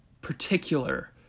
particular